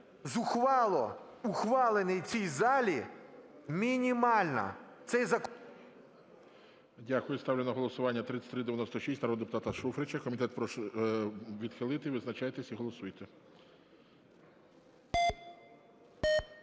зухвало ухвалений в цій залі, мінімальна.